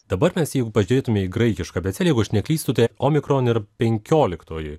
dabar mes jeigu pažiūrėtume į graikišką abėcėlę jeigu aš neklystu tai omikron ir penkioliktoji